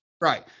Right